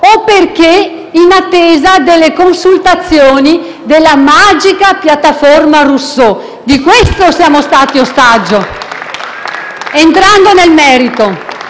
o perché in attesa delle consultazioni della "magica" piattaforma Rousseau. Di questo siamo stati ostaggio. *(Applausi dal Gruppo